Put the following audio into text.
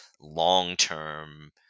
long-term